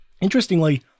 Interestingly